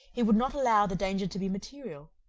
he would not allow the danger to be material,